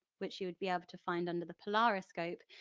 which you would be able to find under the polariscope,